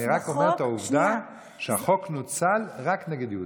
אני רק אומר את העובדה: החוק נוצל רק נגד יהודים.